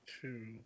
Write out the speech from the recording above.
Two